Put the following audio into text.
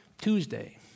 Tuesday